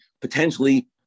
potentially